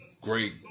great